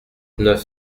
neuf